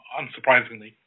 unsurprisingly